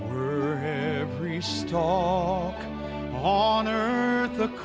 every stalk on earth a